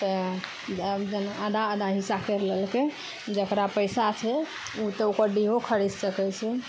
तऽ आधा आधा हिस्सा करि लेलकै जेकरा पैसा छै तऽ ओकर डिहो खरीद सकैत छै